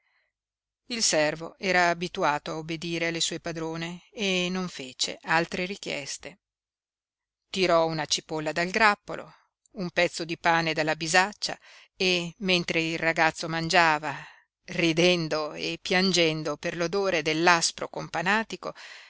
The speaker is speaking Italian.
il servo era abituato a obbedire alle sue padrone e non fece altre richieste tirò una cipolla dal grappolo un pezzo di pane dalla bisaccia e mentre il ragazzo mangiava ridendo e piangendo per l'odore dell'aspro companatico